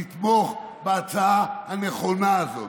לתמוך בהצעה הנכונה הזאת.